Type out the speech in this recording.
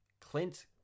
Clint